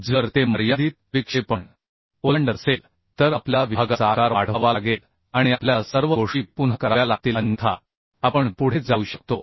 जर ते मर्यादित विक्षेपण ओलांडत असेल तर आपल्याला विभागाचा आकार वाढवावा लागेल आणि आपल्याला सर्व गोष्टी पुन्हा कराव्या लागतील अन्यथा आपण पुढे जाऊ शकतो